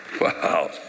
wow